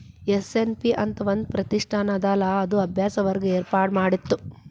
SNP ಅಂತ್ ಒಂದ್ ಪ್ರತಿಷ್ಠಾನ ಅದಲಾ ಅದು ಅಭ್ಯಾಸ ವರ್ಗ ಏರ್ಪಾಡ್ಮಾಡಿತ್ತು